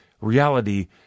reality